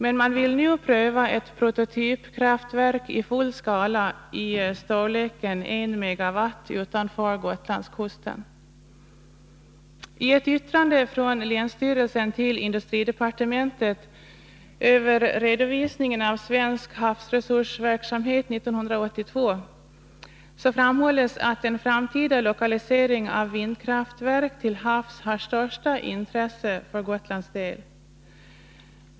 Men man vill nu pröva ett prototypkraftverk i full skala i storleken I MW utanför Gotlandskusten. I ett yttrande från länsstyrelsen till industridepartementet över redovisningen av Svensk havsresursverksamhet 1982 framhålls att en framtida lokalisering av vindkraftverk till havs har största intresse för Gotlands del.